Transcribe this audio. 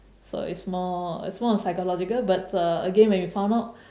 so it's more it's more on psychological but uh again when we found out